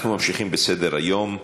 אנחנו ממשיכים בסדר-היום.